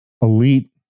elite